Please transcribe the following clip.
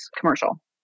commercial